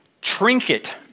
trinket